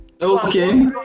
Okay